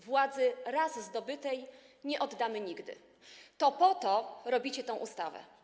Władzy raz zdobytej nie oddamy nigdy” - to po to robicie tę ustawę.